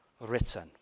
written